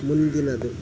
ಮುಂದಿನದು